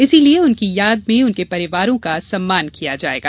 इसलिए उनकी याद में उनके परिवारों का सम्मान किया जायेगा